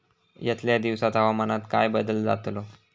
यतल्या दिवसात हवामानात काय बदल जातलो?